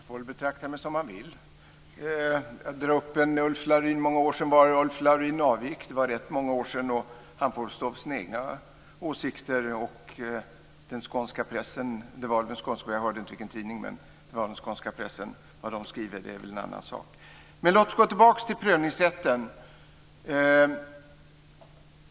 Fru talman! Anders Karlsson får betrakta mig som han vill. Det är rätt många år sedan Laurin avgick. Han får stå för sina egna åsikter, och vad den skånska pressen skriver är en annan sak. Låt oss gå tillbaka till prövningsrätten.